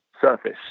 surface